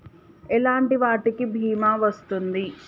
ఎలాంటి వాటికి బీమా వస్తుంది?